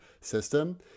system